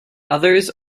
others